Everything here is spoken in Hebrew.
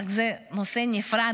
אך זה נושא נפרד,